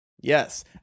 Yes